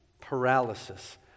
paralysis